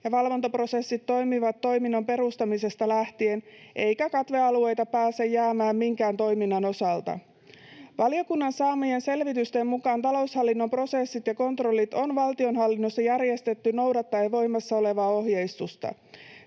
ja valvontaprosessit toimivat toiminnan perustamisesta lähtien eikä katvealueita pääse jäämään minkään toiminnan osalta. Valiokunnan saamien selvitysten mukaan taloushallinnon prosessit ja kontrollit on valtionhallinnossa järjestetty noudattaen voimassa olevaa ohjeistusta.